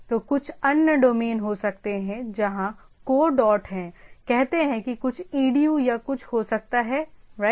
तो कुछ अन्य डोमेन हो सकते हैं जहां को डॉट है कहते हैं कि कुछ edu या कुछ हो सकता है राइट